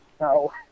No